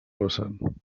vessant